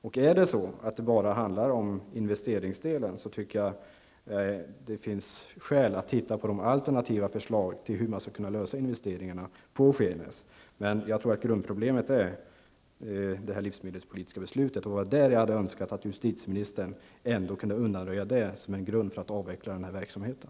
Om det bara gäller investeringarna tycker jag att det finns alla skäl att titta på förslagen till alternativ finansiering av investeringarna på Skenäs. Jag tror emellertid att grundproblemet är det livsmedelspolitiska beslutet, och jag hade hoppats att justitieministern skulle kunna undanröja misstanken om att detta är skälet för att avveckla verksamheten.